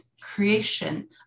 creation